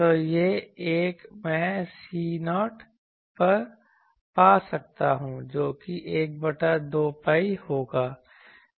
तो यह एक मैं C0 पा सकता हूं जो कि 1 बटा 2 pi होगा